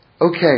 Okay